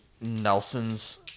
Nelson's